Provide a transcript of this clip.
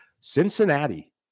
Cincinnati